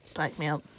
blackmail